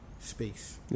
space